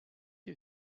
you